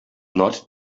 not